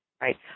right